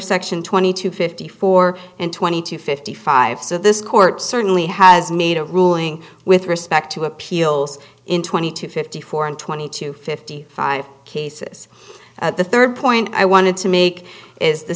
section twenty two fifty four and twenty two fifty five so this court certainly has made a ruling with respect to appeals in twenty two fifty four and twenty two fifty five cases the third point i wanted to make is the